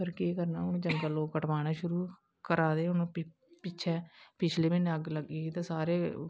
पर केह् करनां हून जंगल लोग कटवाना शुरु करी दे न ते हून पिछलै महीनैं अग्ग लग्गी दे ते सारे